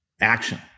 action